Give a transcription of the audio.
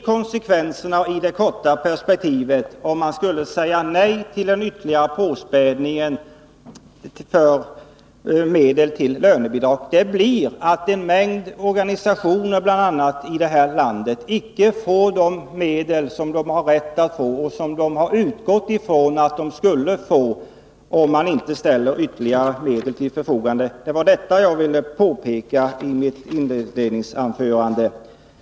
Konsekvenserna i det korta perspektivet — om man skulle säga nej till den ytterligare påspädningen av medel till lönebidrag — blir utan tvekan, Alf Wennerfors, att en mängd organisationer och andra inte får de medel de har rätt att få och som de har utgått från att de skulle få. Det var det jag ville 15 påpeka i mitt inledningsanförande.